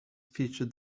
feature